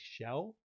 shell